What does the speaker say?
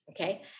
Okay